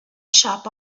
shop